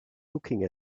looking